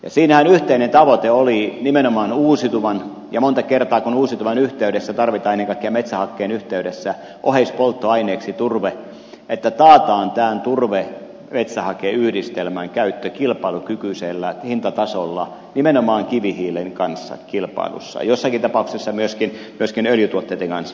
siinähän yhteinen tavoite oli nimenomaan uusiutuvat ja kun monta kertaa uusiutuvan yhteydessä tarvitaan ennen kaikkea metsähakkeen yhteydessä oheispolttoaineeksi turve se että taataan turvemetsähake yhdistelmän käyttö kilpailukykyisellä hintatasolla nimenomaan kivihiilen kanssa kilpailussa jossakin tapauksessa myöskin öljytuotteitten kanssa